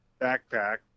backpack